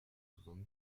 soixante